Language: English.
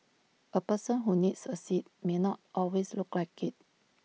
A person who needs A seat may not always look like IT